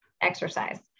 exercise